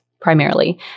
primarily